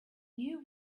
knew